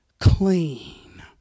clean